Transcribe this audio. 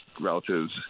relatives